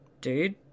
dude